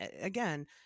again